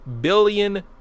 billion